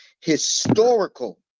historical